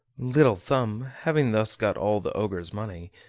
little thumb, having thus got all the ogre's money,